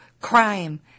crime